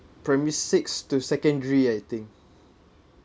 primary six to secondary I think